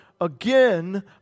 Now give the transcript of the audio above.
again